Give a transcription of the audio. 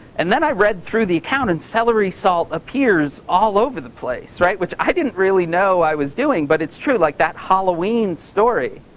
and then i read through the account and celery salt appears all over the place. which i didn't really know i was doing, but it's true. like that halloween story.